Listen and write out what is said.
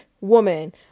woman